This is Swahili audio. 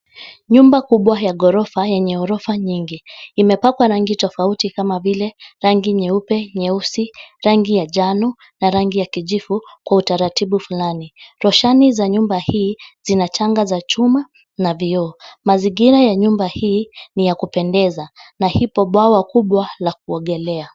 Nyumba kubwa ya ghorofa yenye ghorofa nyingi. Imepakwa rangi tofauti kama vile rangi nyeupe, nyeusi, rangi ya njano na rangi ya kijivu kwa utaratibu fulani. Roshani za nyumba hii zina changa za chuma na vioo. Mazingira ya nyumba hii ni ya kupendeza na ipo bwawa kubwa la kuogelea.